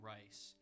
Rice